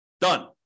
Done